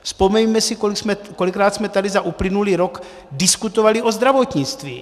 Vzpomeňme si, kolikrát jsme tady za uplynulý rok diskutovali o zdravotnictví.